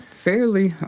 Fairly